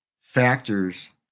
factors